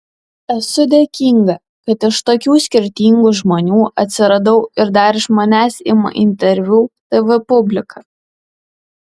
esu dėkinga kad iš tokių skirtingų žmonių atsiradau ir dar iš manęs ima interviu tv publika